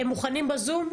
עד שהם יעלו,